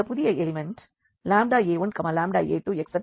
இந்தப் புதிய element a1a2an